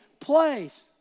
place